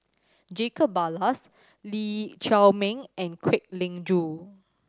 Jacob Ballas Lee Chiaw Meng and Kwek Leng Joo